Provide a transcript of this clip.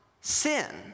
sin